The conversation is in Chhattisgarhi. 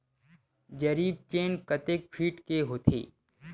जरीब चेन कतेक फीट के होथे?